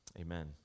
amen